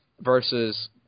Versus